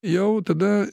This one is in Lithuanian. jau tada